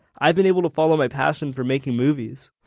i've been able to follow my passion for making movies